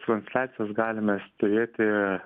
transliacijas galime stebėti